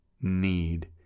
need